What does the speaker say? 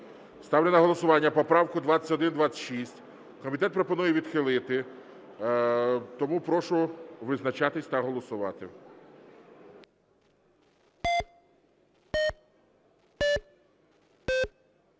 Ставлю на голосування поправку 2126. Комітет пропонує відхилити. Тому прошу визначатися та голосувати.